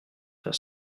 faire